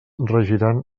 regiran